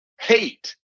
hate